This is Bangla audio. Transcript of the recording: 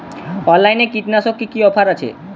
অনলাইনে কীটনাশকে কি অফার আছে?